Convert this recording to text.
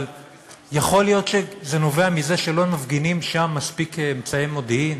אבל יכול להיות שזה נובע מזה שלא מפגינים שם מספיק אמצעי מודיעין?